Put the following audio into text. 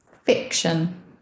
Fiction